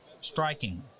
striking